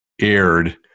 aired